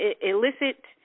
illicit